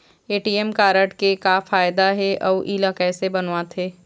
ATM card के का फायदा हे अऊ इला कैसे बनवाथे?